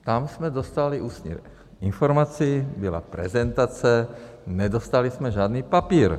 Tam jsme dostali ústní informaci, byla prezentace, nedostali jsme žádný papír.